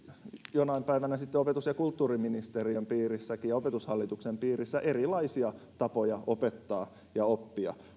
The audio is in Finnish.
jonain päivänä sitten opetus ja kulttuuriministeriön piirissäkin ja opetushallituksen piirissä erilaisia tapoja opettaa ja oppia